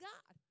God